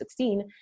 2016